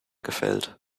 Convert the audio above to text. gefällt